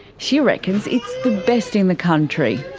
she reckons it's the best in the country.